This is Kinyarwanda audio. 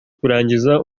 kurangiza